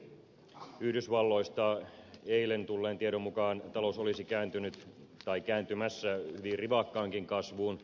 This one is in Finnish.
yhdysvalloista eilen tulleen tiedon mukaan talous olisi kääntymässä hyvin rivakkaankin kasvuun